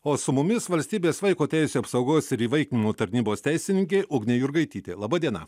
o su mumis valstybės vaiko teisių apsaugos ir įvaikinimo tarnybos teisininkė ugnė jurgaitytė laba diena